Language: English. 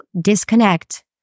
disconnect